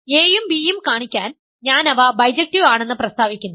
അതിനാൽ A യും B യും കാണിക്കാൻ ഞാൻ അവ ബൈജെക്ടിവ് ആണെന്ന് പ്രസ്താവിക്കുന്നു